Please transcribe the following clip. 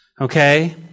Okay